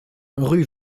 rue